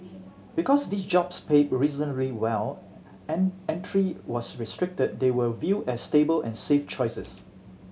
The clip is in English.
because these jobs paid reasonably well and entry was restricted they were viewed as stable and safe choices